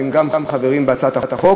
שהם שותפים להצעת החוק.